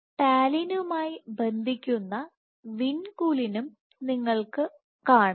ടാലിനുമായി ബന്ധിക്കുന്ന വിൻകുലിനും നിങ്ങൾക്ക് ഉണ്ട്